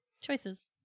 Choices